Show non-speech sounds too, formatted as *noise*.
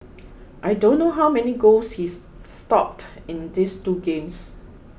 I don't know how many goals he *hesitation* stopped in this two games